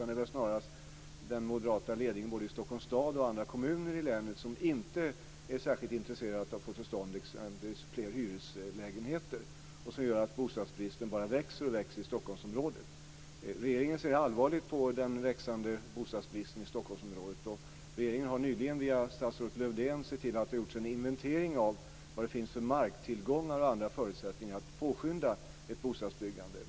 Det är i stället de moderata ledningarna för både Stockholms stad och andra kommuner i länet som inte är särskilt intresserade av att få till stånd fler hyreslägenheter. Detta gör att bostadsbristen bara växer i Stockholmsområdet. Regeringen ser allvarligt på den växande bostadsbristen i Stockholmsområdet och har nyligen bett statsrådet Lövdén se till att det görs en inventering av marktillgångar och andra förutsättningar för att påskynda bostadsbyggandet.